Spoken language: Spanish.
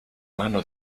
mano